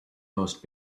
most